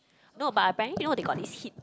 no but apparently you know they got this heat tech